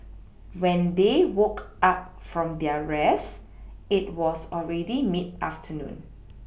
when they woke up from their rest it was already mid afternoon